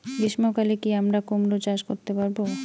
গ্রীষ্ম কালে কি আমরা কুমরো চাষ করতে পারবো?